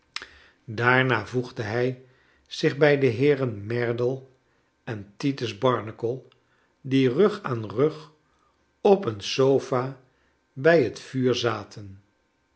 daarna voegde hij zich bij de heeren merdle en titus barnacle die rug aan rug op een sofa bij het vuur zaten